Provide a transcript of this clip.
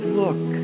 look